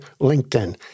LinkedIn